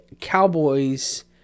Cowboys